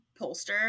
Polster